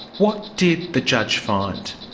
what did the judge find?